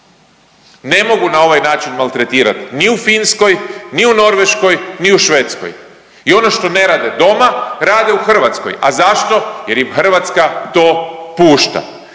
Ne mogu na ovaj način maltretirat ni u Finskoj, ni u Norveškoj, ni u Švedskoj i ono što ne rade doma rade u Hrvatskoj. A zašto? Jer im Hrvatska to pušta.